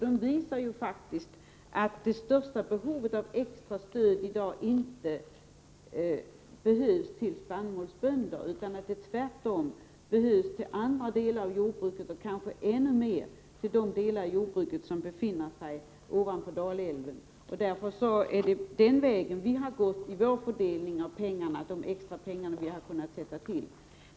De visar nämligen att det i dag inte är spannmålsbönderna som har det största behovet av extra stöd, utan tvärtom andra delar av jordbruket, kanske framför allt jordbruken norr om Dalälven. Så har vi gjort vid fördelningen av de extra pengar som vi har kunnat sätta in.